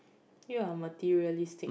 you're materialistic